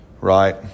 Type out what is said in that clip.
Right